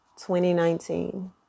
2019